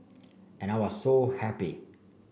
and I was so happy